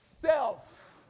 self